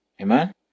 Amen